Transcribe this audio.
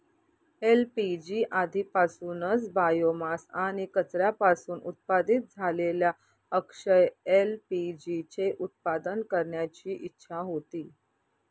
LPG आधीपासूनच biomass आणि कचऱ्यापासून उत्पादित झालेल्या अक्षय एल.पी.जी चे उत्पादन करण्याची इच्छा होती